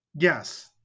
Yes